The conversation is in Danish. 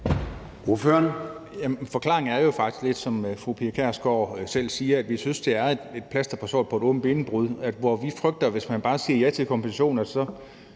forklaringen er jo faktisk lidt, som fru Pia Kjærsgaard også selv siger, at vi synes, det er et plaster på såret på noget, der er et åbent benbrud. Vi frygter, at hvis vi bare siger ja til en kompensation, siger